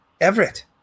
Everett